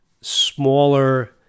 smaller